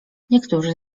niektórzy